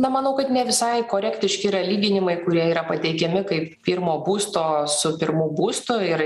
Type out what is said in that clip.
na manau kad ne visai korektiški yra lyginimai kurie yra pateikiami kaip pirmo būsto su pirmu būstu ir